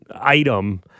item